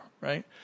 right